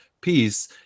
peace